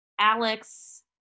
Alex